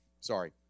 Sorry